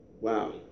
Wow